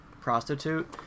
prostitute